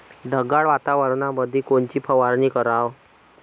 ढगाळ वातावरणामंदी कोनची फवारनी कराव?